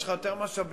יש לך יותר משאבים,